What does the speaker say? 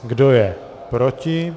Kdo je proti?